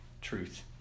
Truth